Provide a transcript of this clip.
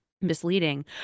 misleading